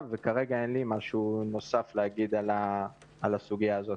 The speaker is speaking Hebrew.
וכרגע אין לי משהו נוסף להגיד על הסוגיה הזאת.